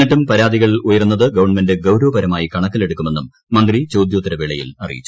എന്നിട്ടും പരാതികൾ ഉയർന്നത് ഗവൺമെന്റ് ഗൌരവപ്രമായി കണക്കിലെടുക്കുമെന്നും മന്ത്രി ചോദ്യോത്തരവേളയിൽ അറിയിച്ചു